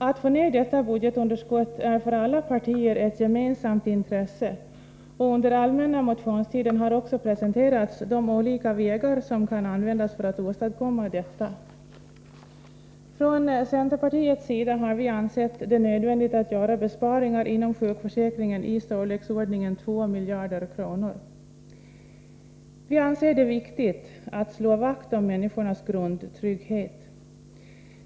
Att få ner budgetunderskottet är ett för alla partier gemensamt intresse, och under den allmänna motionstiden har också presenterats de olika vägar som kan användas för att åstadkomma detta. Från centerpartiets sida har vi ansett det nödvändigt att göra besparingar inom sjukförsäkringen i storleksordningen 2 miljarder kronor. Vi anser det viktigt att slå vakt om människornas grundtrygghet.